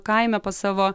kaime pas savo